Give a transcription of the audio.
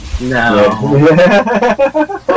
No